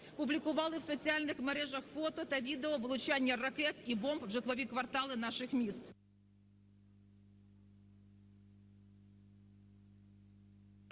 публікували в соціальних мережах фото та відео влучання ракет і бомб в житлові квартали наших міст.